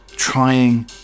trying